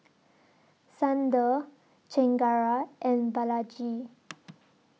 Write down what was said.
Sundar Chengara and Balaji